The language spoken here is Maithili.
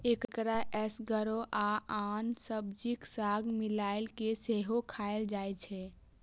एकरा एसगरो आ आन सब्जीक संग मिलाय कें सेहो खाएल जाइ छै